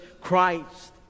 Christ